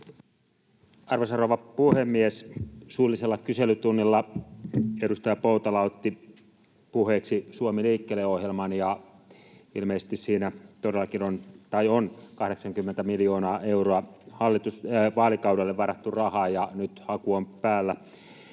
Arvoisa rouva puhemies! Suullisella kyselytunnilla edustaja Poutala otti puheeksi Suomi liikkeelle -ohjelman, ja siihen on todellakin 80 miljoonaa euroa vaalikaudelle varattu rahaa, ja nyt haku on päällä.